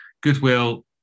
goodwill